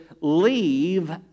leave